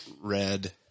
red